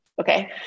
Okay